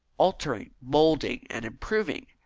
altering, moulding, and improving.